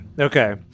Okay